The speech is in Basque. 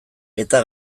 eta